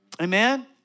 Amen